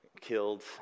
killed